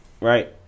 right